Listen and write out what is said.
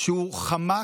עד שהוא חמק